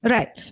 Right